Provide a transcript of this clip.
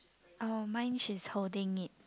uh mine she's holding it